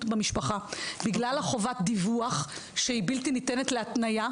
במשפחה בגלל חובת הדיווח שהיא בלתי ניתנת להתניה.